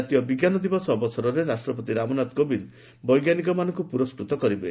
ଜାତୀୟ ବିଜ୍ଞାନ ଦିବସ ଅବସରରେ ରାଷ୍ଟ୍ରପତି ରାମନାଥ କୋବିନ୍ଦ ବୈଜ୍ଞାନିକ ମାନଙ୍କୁ ପୁରସ୍କୃତ କରିବେ